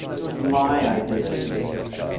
it was my idea to get this.